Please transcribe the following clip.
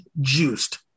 juiced